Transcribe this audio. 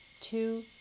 two